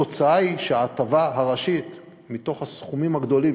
התוצאה היא שההטבה הראשית מתוך הסכומים הגדולים